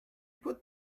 put